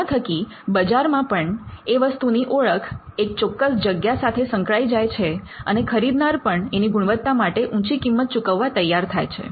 એના થકી બજારમાં પણ એ વસ્તુની ઓળખ એક ચોક્કસ જગ્યા સાથે સંકળાઈ જાય છે અને ખરીદનાર પણ એની ગુણવત્તા માટે ઊંચી કિંમત ચૂકવવા તૈયાર થાય છે